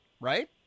Right